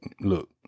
look